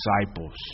Disciples